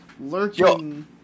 lurking